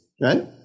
Right